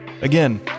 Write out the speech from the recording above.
Again